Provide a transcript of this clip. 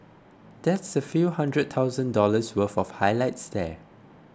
that's a few hundred thousand dollars worth of highlights there